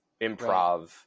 improv